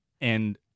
and-